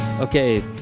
Okay